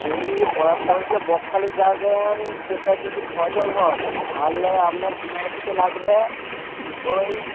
যদি পলাশ চাপড়ি থেকে বকখালি যাবেন সেটা যদি ছজন হন তাহলে আপনার বিনা এসিতে লাগবে ওই